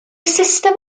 system